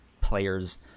players